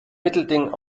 mittelding